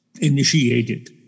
initiated